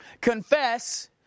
confess